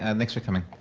and thanks for coming.